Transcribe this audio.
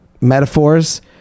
metaphors